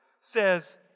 says